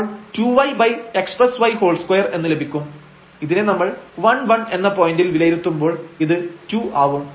അപ്പോൾ 2yxy2 എന്ന് ലഭിക്കും ഇതിനെ നമ്മൾ 11 എന്ന പോയന്റിൽ വിലയിരുത്തുമ്പോൾ ഇത് 2 ആവും